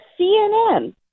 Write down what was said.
CNN